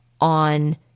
on